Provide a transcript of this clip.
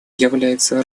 является